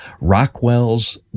Rockwell's